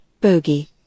bogey